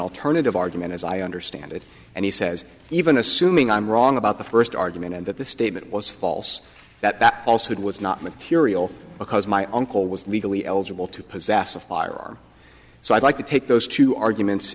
alternative argument as i understand it and he says even assuming i'm wrong about the first argument and that the statement was false that also it was not material because my uncle was legally eligible to possess a firearm so i'd like to take those two arguments